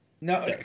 No